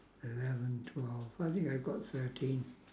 eleven twelve I think I've got thirteen